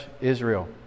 Israel